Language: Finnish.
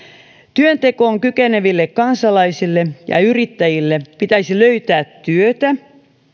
työntekoon kykeneville kansalaisille ja yrittäjille pitäisi löytää työtä